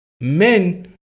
Men